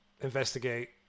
investigate